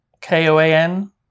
K-O-A-N